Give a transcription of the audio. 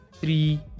three